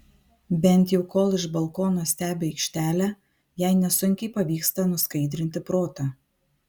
bent jau kol iš balkono stebi aikštelę jai nesunkiai pavyksta nuskaidrinti protą